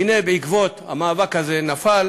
והנה, בעקבות המאבק הזה נפל